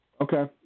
Okay